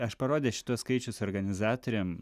aš parodęs šituos skaičius organizatoriam